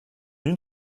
une